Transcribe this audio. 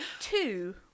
two